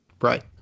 Right